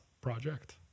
project